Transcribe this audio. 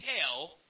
tell